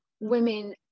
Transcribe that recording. women